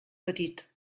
petit